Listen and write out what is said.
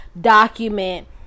document